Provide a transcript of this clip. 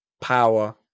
power